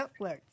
Netflix